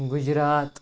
Gujarat